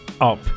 up